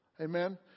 Amen